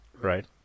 right